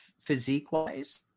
physique-wise